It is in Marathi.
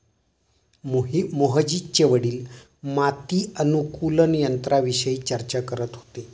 मोहजितचे वडील माती अनुकूलक यंत्राविषयी चर्चा करत होते